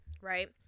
right